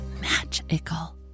magical